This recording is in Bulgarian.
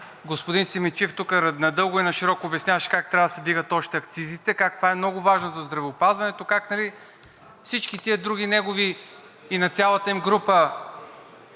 господин Симидчиев тук надълго и нашироко обясняваше как трябва да се вдигат още акцизите, как това е много важно за здравеопазването, как всички други негови и на цялата им група